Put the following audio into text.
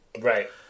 Right